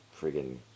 friggin